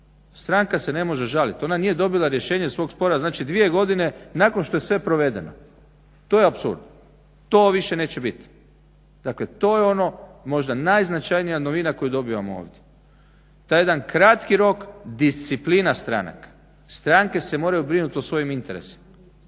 Stranka se ne može žalit. Ona nije dobila rješenje svog spora. Znači, dvije godine nakon što je sve provedeno. To je apsurd. Toga više neće bit. Dakle, to je ono možda najznačajnija novina koju dobivamo ovdje. Taj jedan kratki rok, disciplina stranaka. Stranke se moraju brinut o svojim interesima.